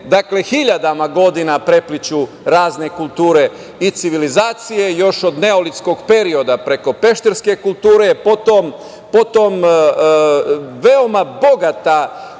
se hiljadama godina prepliću razne kulture i civilizacije, još od Neolitskog perioda, preko Pešterske kulture, potom, veoma bogata